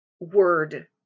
word